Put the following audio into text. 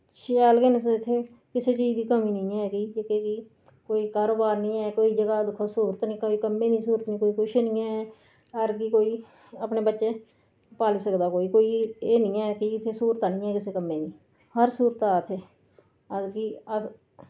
शैल गै न इत्थै किसे चीज दी कमी नि ऐ कि जेह्के कि कोई कारोबार नि ऐ कोई जगह दिक्खो स्हूलतां नि कोई कम्मे दी स्हूलत नि कोई कुछ नि ऐ घर बी कोई अपने बच्चे पाली सकदा कोई कोई एह् निं ऐ कि इत्थै स्हूलतां इत्थै हां कि अस